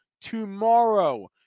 tomorrow